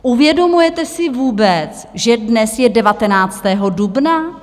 Uvědomujete si vůbec, že dnes je 19. dubna?